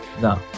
No